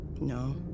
No